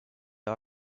all